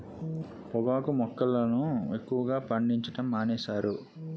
పొగాకు మొక్కలను ఎక్కువగా పండించడం మానేశారు